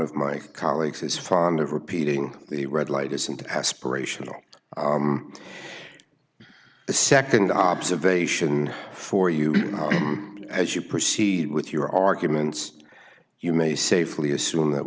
of my colleagues is fond of repeating the red light isn't aspirational the nd observation for you as you proceed with your arguments you may safely assume that